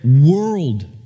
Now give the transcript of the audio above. world